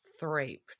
thraped